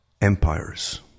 empires